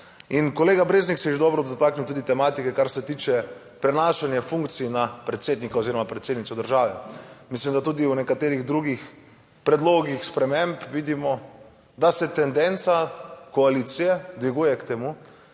In kolega Breznik se je že dobro dotaknil tudi tematike, kar se tiče prenašanja funkcij na predsednika oziroma predsednico države. Mislim, da tudi v nekaterih drugih predlogih sprememb vidimo, da se tendenca koalicije dviguje k temu,